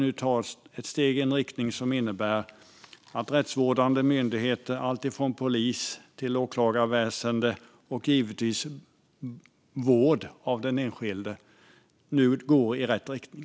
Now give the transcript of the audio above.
Nu tar vi ett steg i en riktning som innebär att rättsvårdande myndigheter, alltifrån polis till åklagarväsen, och vård av den enskilde nu går i rätt riktning.